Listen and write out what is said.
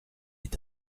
est